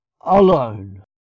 alone